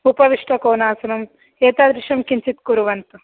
उपविष्टकोणासनं एतादृशं किञ्चित् कुर्वन्तु